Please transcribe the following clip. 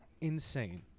insane